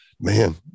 man